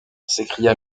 s’écria